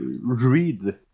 read